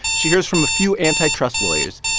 she hears from a few antitrust lawyers,